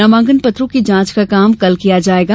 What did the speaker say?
नामांकन पत्रों की जांच का काम कल किया जायेगा